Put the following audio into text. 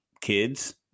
kids